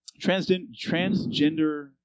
transgender